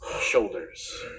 shoulders